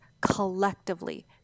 collectively